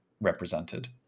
represented